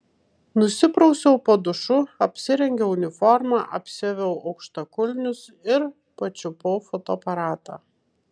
nusiprausiau po dušu apsirengiau uniformą apsiaviau aukštakulnius ir pačiupau fotoaparatą